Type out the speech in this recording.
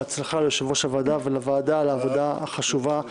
בהצלחה ליושב-ראש הוועדה ולוועדה על העבודה החשובה.